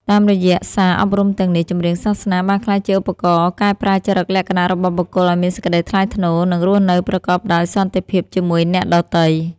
តាមរយៈសារអប់រំទាំងនេះ ចម្រៀងសាសនាបានក្លាយជាឧបករណ៍កែប្រែចរិតលក្ខណៈរបស់បុគ្គលឱ្យមានសេចក្តីថ្លៃថ្នូរ និងរស់នៅប្រកបដោយសន្តិភាពជាមួយអ្នកដទៃ។